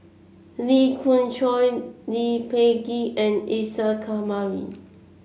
Lee Khoon Choy Lee Peh Gee and Isa Kamari